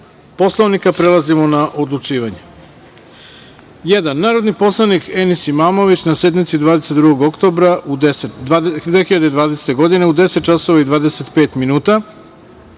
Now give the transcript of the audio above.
Poslovnika, prelazimo na odlučivanje. Narodni poslanik Enis Imamović, na sednici 22. oktobra 2020. godine, u 10 časova